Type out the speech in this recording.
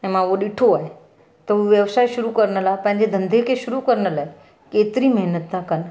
ऐं मां उहो ॾिठो आहे त हू व्यवसाय शुरू करण लाइ पंहिंजे धंधे खे शुरू करण लाइ केतिरी महिनत था कनि